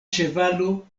ĉevalo